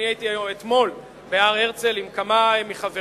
אני הייתי אתמול בהר-הרצל עם כמה מחברי,